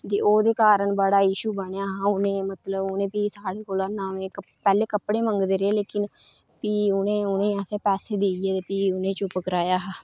ते ओह्दे कारण बड़ा इश्यू बनेआ हा ते में ओह् साढ़े कोला पैह्लें कपड़े मंगदे रेह् पर भी उ'नेंगी असें पैसे देइयै प्ही चुप्प कराया हा